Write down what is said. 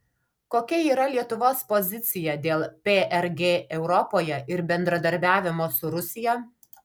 kokia yra lietuvos pozicija dėl prg europoje ir bendradarbiavimo su rusija